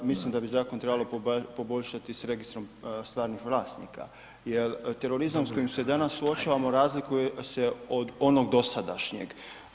Mislim da bi zakon trebalo poboljšati s Registrom stvarnih vlasnika jer terorizam s kojim se danas suočavamo razlikuje se od onog dosadašnjeg.